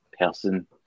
person